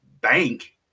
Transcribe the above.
bank